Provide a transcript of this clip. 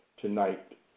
tonight